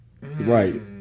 Right